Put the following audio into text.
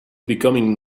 becoming